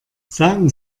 sagen